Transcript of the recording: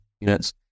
units